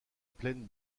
plaine